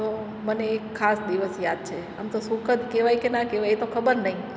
તો મને એક ખાસ દિવસ યાદ છે આમ તો સુખદ કહેવાય કે ના કહેવાય એ તો ખબર નહીં